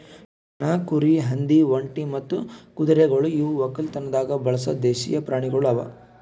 ದನ, ಕುರಿ, ಹಂದಿ, ಒಂಟಿ ಮತ್ತ ಕುದುರೆಗೊಳ್ ಇವು ಒಕ್ಕಲತನದಾಗ್ ಬಳಸ ದೇಶೀಯ ಪ್ರಾಣಿಗೊಳ್ ಅವಾ